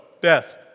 Beth